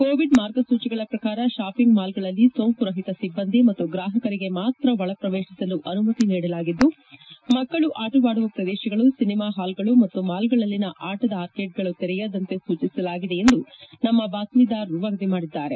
Covid ಮಾರ್ಗಸೂಚಿಗಳ ಪ್ರಕಾರ shopping ಮಾಲ್ಗಳಲ್ಲಿ ಸೋಂಕು ರಹಿತ ಸಿಬ್ಲಂದಿ ಮತ್ತು ಗ್ರಾಹಕರಿಗೆ ಮಾತ್ರ ಒಳ ಪ್ರವೇಶಿಸಲು ಅನುಮತಿ ನೀಡಲಾಗಿದ್ದು ಮಕ್ಕಳು ಆಟವಾಡುವ ಪ್ರದೇಶ ಗಳು ಸಿನೆಮಾ ಹಾಲ್ಗಳು ಮತ್ತು ಮಾಲ್ಗಳಲ್ಲಿನ ಆಟದ ಆರ್ಕೇಡ್ಗಳು ತೆರೆಯ ದಂತೆ ಸೂಚಿಸಲಾಗಿದೆ ಎಂದು ನಮ್ನ ಬಾತ್ನೀದಾರರು ವರದಿ ಮಾಡಿದ್ದಾರೆ